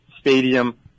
stadium